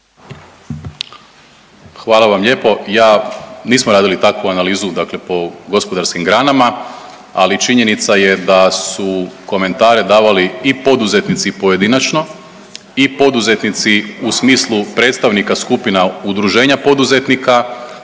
Hvala vam lijepo. Ja, nismo radili takvu analizu dakle po gospodarskim granama, ali činjenica je da su komentare davali i poduzetnici pojedinačno i poduzetnici u smislu predstavnika skupina udruženja poduzetnika